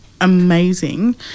amazing